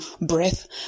breath